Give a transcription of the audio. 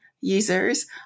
users